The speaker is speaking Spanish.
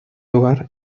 lugar